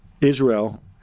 Israel